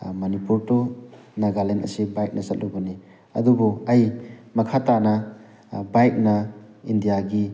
ꯃꯅꯤꯄꯨꯔ ꯇꯨ ꯅꯥꯒꯥꯅꯦꯟ ꯑꯁꯤ ꯕꯥꯏꯛꯅ ꯆꯠꯂꯨꯕꯅꯤ ꯑꯗꯨꯕꯨ ꯑꯩ ꯃꯈꯥ ꯇꯥꯅ ꯕꯥꯏꯛꯅ ꯏꯟꯗꯤꯌꯥꯒꯤ